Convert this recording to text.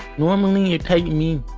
normally takes me,